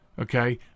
Okay